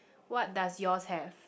what does yours have